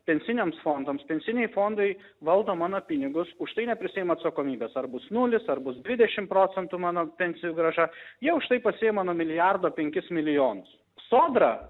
pensiniams fondams pensiniai fondai valdo mano pinigus už tai neprisiima atsakomybės ar bus nulis ar bus dvidešim procentų mano pensijų grąža jie už tai pasiima nuo milijardo penkis milijonus sodra